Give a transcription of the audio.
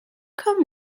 cwm